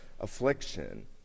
affliction